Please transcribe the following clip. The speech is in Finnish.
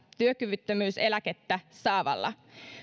työkyvyttömyyseläkettä saavasta